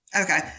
Okay